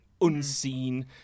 unseen